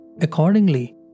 accordingly